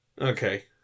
Okay